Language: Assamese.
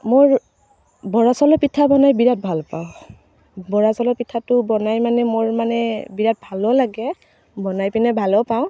মোৰ বৰা চাউলৰ পিঠা বনাই বিৰাট ভাল পাওঁ বৰা চাউলৰ পিঠাটো বনাই মানে মোৰ মানে বিৰাট ভালো লাগে বনাই পিনে ভালো পাওঁ